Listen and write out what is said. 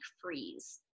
freeze